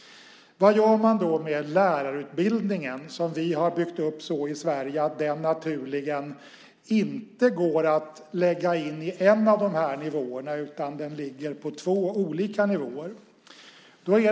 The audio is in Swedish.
Vad gör man då med lärarutbildningen, som vi i Sverige har byggt upp så att den naturligen inte kan läggas in i en av dessa nivåer utan ligger på två olika nivåer?